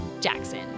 Jackson